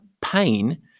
pain